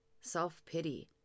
Self-pity